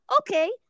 Okay